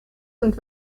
und